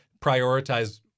prioritize